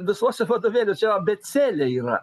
visuose vadovėliuo čia abėcėlė yra